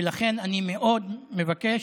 ולכן אני מאוד מבקש